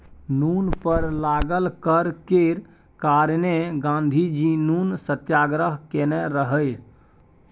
नुन पर लागल कर केर कारणेँ गाँधीजी नुन सत्याग्रह केने रहय